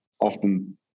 often